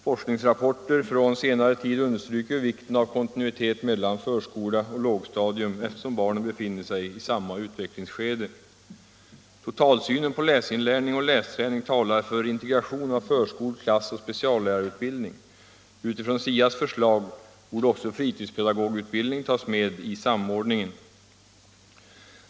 Forskningsrapporter från senare tid understryker vikten av kontinuitet mellan förskola och lågstadium, eftersom barnen befinner sig i samma utvecklingsskede. Totalsynen på läsinlärning och lästräning talar för integration av förskol-, klassoch speciallärarutbildning. Utifrån SIA:s förslag borde också fritidspedagogutbildningen tas med i samordningen.